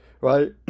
right